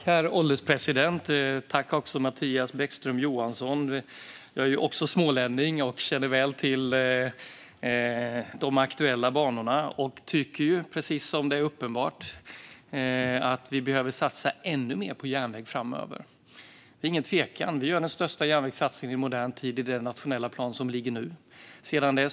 Herr ålderspresident! Jag tackar Mattias Bäckström Johansson för detta. Jag är också smålänning och känner väl till de aktuella banorna och tycker, vilket är uppenbart, att vi behöver satsa ännu mer på järnvägen framöver. Det är ingen tvekan. Vi gör den största järnvägssatsningen i modern tid i den nationella plan som nu föreligger.